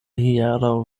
hieraŭ